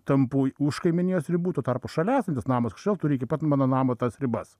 tampu už kaimynijos ribų tuo tarpu šalia esantis namas kažkodėl turi iki pat mano namo tas ribas